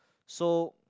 so